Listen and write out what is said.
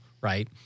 right